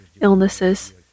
illnesses